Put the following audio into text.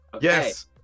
Yes